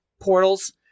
portals